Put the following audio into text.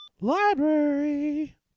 Library